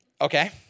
Okay